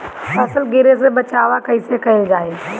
फसल गिरे से बचावा कैईसे कईल जाई?